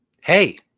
Hey